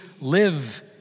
live